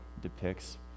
depicts